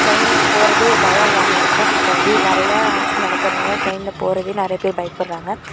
train போகிறது ஒரு பயம் இல்லாமல் இருக்கும் இப்போ நிறையா ஆக்சிடென்ட் நடக்கிறதுனால ட்ரெயினில் போறதே நிறைய பேர் பயப்பட்றாங்க